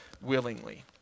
willingly